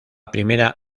primera